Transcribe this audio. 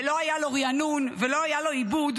ולא היה לו ריענון ולא היה לו עיבוד,